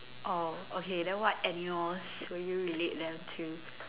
oh okay then what animals will you relate them to